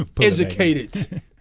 educated